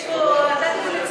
התשע"ו 2016,